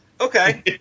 Okay